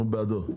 אנחנו בעדו.